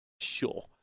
sure